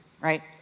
right